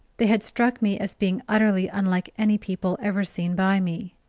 they had struck me as being utterly unlike any people ever seen by me.